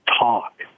talk